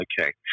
Okay